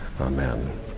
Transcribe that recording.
Amen